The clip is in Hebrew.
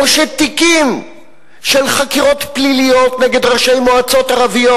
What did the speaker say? או תיקים של חקירות פליליות נגד ראשי מועצות ערביות,